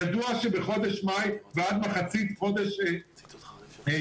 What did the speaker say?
ידוע שבחודש מאי ועד מחצית חודש יוני,